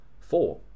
Four